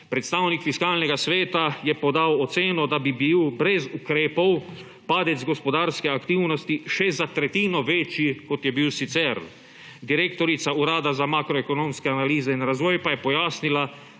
Predstavnik Fiskalnega sveta je podal oceno, da bi bil brez ukrepov padec gospodarske aktivnosti še za tretjino večji, kot je bil sicer. Direktorica Urada za makroekonomske analize in razvoj pa je pojasnila,